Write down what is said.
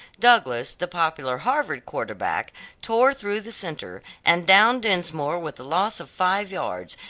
douglass, the popular harvard quarter-back tore through the centre, and downed dinsmore with the loss of five yards,